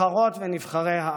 נבחרות ונבחרי העם,